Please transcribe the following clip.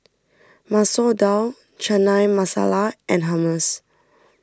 Masoor Dal Chana Masala and Hummus